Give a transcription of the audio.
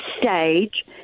stage